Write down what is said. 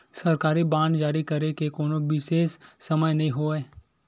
सरकारी बांड जारी करे के कोनो बिसेस समय नइ होवय